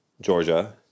Georgia